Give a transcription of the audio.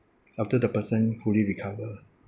after the person fully recover